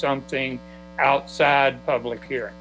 something outside public he